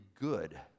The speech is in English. good